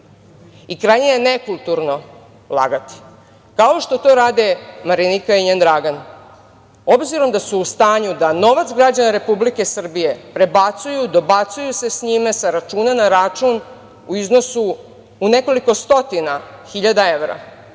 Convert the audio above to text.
medijima. Krajnje je nekulturno lagati, kao što to rade Marinika i njen Dragan. Obzirom da su stanju da novac građana Republike Srbije prebacuju, dobacuju se sa njime sa računa na račun u iznosu u nekoliko stotina hiljada evra